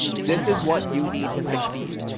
this is what you need to succeed.